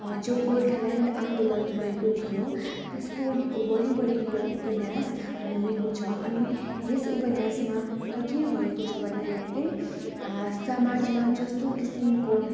जुन गोर्खाल्यान्ड आन्दोलन भएको थियो त्यसको वरिपरि यो उपन्यास घुमेको छ अनि यस उपन्यासमा के भएको छ भन्दाखेरि चाहिँ समाजमा जस्तो किसिमको